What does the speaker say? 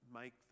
make